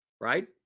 right